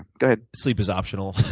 go ahead. sleep is optional.